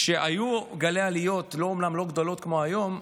כשהיו גלי עליות, אומנם לא גדולות כמו היום,